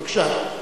בבקשה.